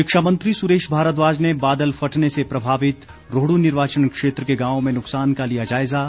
शिक्षा मंत्री सुरेश भारद्वाज ने बादल फटने से प्रभावित रोहडू निर्वाचन क्षेत्र के गांवों में नुकसान का लिया जायजा